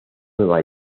nueva